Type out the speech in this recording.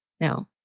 no